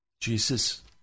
Jesus